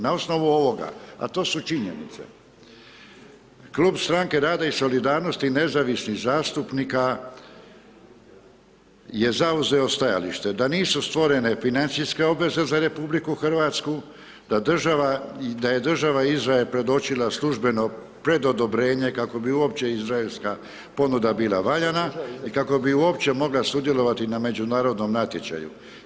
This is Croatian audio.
Na osnovu ovoga, a to su činjenice, Klub Stranke rada i solidarnosti i nezavisnih zastupnika je zauzeo stajalište, da nisu stvorene financijske obveze za Republiku Hrvatsku, da je država Izrael predočila službeno predodobrenje, kako bi uopće izraelska ponuda bila valjana i kako bi uopće mogla sudjelovati na međunarodnom natječaju.